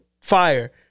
fire